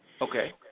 Okay